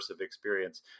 experience